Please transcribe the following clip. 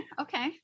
Okay